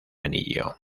anillo